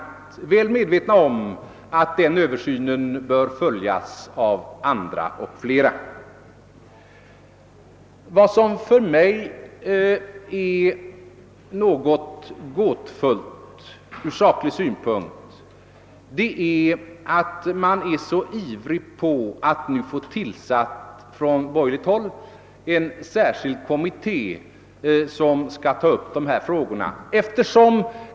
Vi är väl medvetna om att den bör följas av flera andra. För mig ter det sig något gåtfullt ur saklig synpunkt att man på borgerligt håll är så ivrig att få en särskild kommitté tillsatt som skall ta upp de här frågorna.